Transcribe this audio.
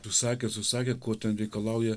susakė susakė ko ten reikalauja